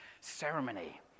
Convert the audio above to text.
ceremony